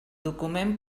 document